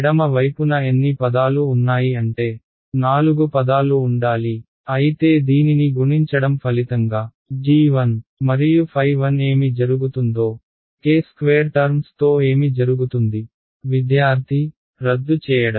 ఎడమ వైపున ఎన్ని పదాలు ఉన్నాయి అంటే 4 పదాలు ఉండాలి అయితే దీనిని గుణించడం ఫలితంగా g1 మరియు ɸ1 ఏమి జరుగుతుందో k² టర్మ్స్ తో ఏమి జరుగుతుంది విద్యార్థి రద్దు చేయడం